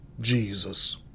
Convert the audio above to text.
Jesus